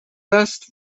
best